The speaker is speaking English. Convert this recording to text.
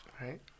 Right